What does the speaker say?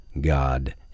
God